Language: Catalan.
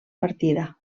partida